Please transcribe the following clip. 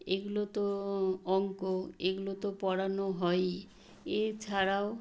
এগুলো তো অঙ্ক এগুলো তো পড়ানো হয়ই এছাড়াও